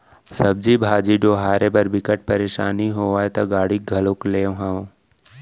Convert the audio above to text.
सब्जी भाजी डोहारे बर बिकट परसानी होवय त गाड़ी घलोक लेए हव